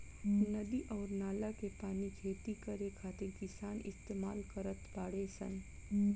नदी अउर नाला के पानी खेती करे खातिर किसान इस्तमाल करत बाडे सन